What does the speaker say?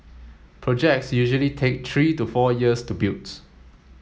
projects usually take three to four years to build